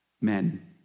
men